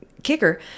kicker